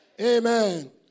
Amen